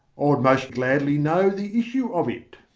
would most gladly know the issue of it.